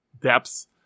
depths